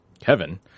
Kevin